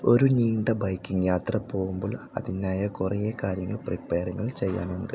ഒരു നീണ്ട ബൈക്കിങ്ങ് യാത്ര പോകുമ്പോൾ അതിനായ കുറേ കാര്യങ്ങൾ പ്രിപ്പയറുകൾ ചെയ്യാനുണ്ട്